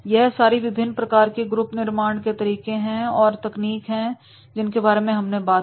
यह सारी विभिन्न प्रकार की ग्रुप निर्माण के तरीके और तकनीक हैं जिनके बारे में हमने बात की